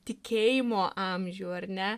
tikėjimo amžių ar ne